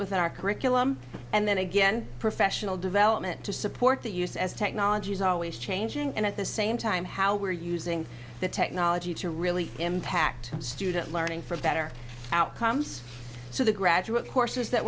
with our curriculum and then again professional development to support the use as technology is always changing and at the same time how we're using the technology to really impact student learning for better outcomes so the graduate courses that